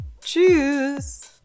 Tschüss